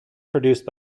produced